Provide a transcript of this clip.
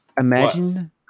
Imagine